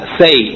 say